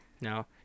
no